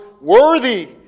Worthy